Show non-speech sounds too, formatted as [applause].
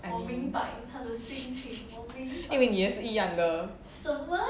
[laughs] 因为你的是一样的